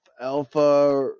Alpha